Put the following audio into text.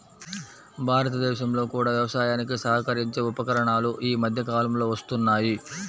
భారతదేశంలో కూడా వ్యవసాయానికి సహకరించే ఉపకరణాలు ఈ మధ్య కాలంలో వస్తున్నాయి